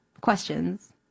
questions